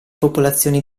popolazioni